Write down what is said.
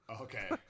Okay